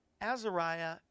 Azariah